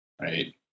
right